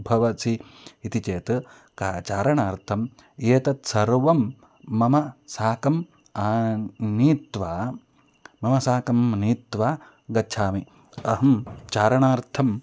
भवसि इति चेत् क चारणार्थम् एतत् सर्वं मया साकम् नीत्वा मया साकं नीत्वा गच्छामि अहं चारणार्थं